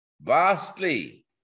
vastly